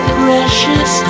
precious